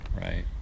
Right